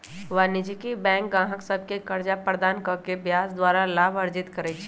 वाणिज्यिक बैंक गाहक सभके कर्जा प्रदान कऽ के ब्याज द्वारा लाभ अर्जित करइ छइ